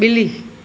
ॿिली